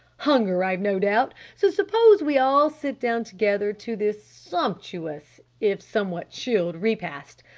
hunger, i've no doubt. so suppose we all sit down together to this sumptuous if somewhat chilled repast?